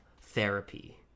therapy